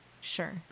Sure